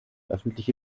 öffentliche